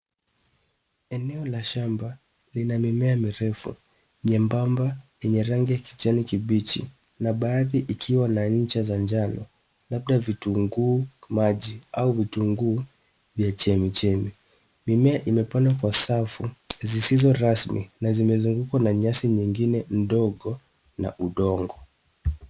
Ni eneo la shamba lina mimea mirefu, nyembamba yenye rangi ya kijani kibichi, na baadhi ikiwa na ncha za njano labda vitunguu maji au vitunguu vya chemi-chemi. Mimea imepandwa kwa safu, zisizo rasmi, na zimezungukwa na nyasi nyingine ndogo na udongo.